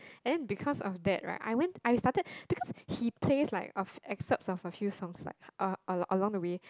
and because of that right I went I started because he plays like of excerpts of a few songs uh a~ along the way